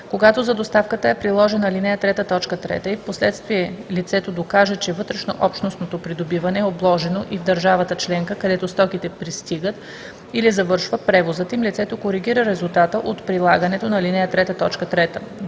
Когато за доставката е приложена ал. 3, т. 3 и впоследствие лицето докаже, че вътреобщностното придобиване е обложено и в държавата членка, където стоките пристигат или завършва превозът им, лицето коригира резултата от прилагането на ал. 3, т. 3.